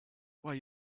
why